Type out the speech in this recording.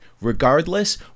Regardless